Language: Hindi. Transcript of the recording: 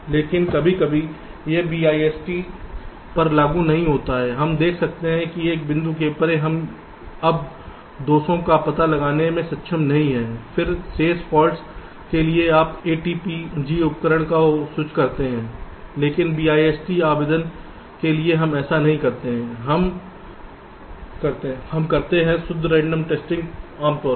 लेकिन कभी कभी यह BIST पर लागू नहीं होता है हम देख सकते हैं कि एक बिंदु से परे हम अब दोषों का पता लगाने में सक्षम नहीं हैं फिर शेष फॉल्ट्स के लिए आप ATPG उपकरण पर स्विच कर सकते हैं लेकिन BIST आवेदन के लिए हम ऐसा नहीं करते हैं हम करते हैं शुद्ध रैंडम पैटर्न टेस्टिंग आमतौर पर